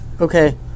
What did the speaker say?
Okay